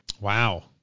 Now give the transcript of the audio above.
Wow